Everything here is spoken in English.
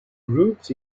groups